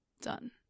done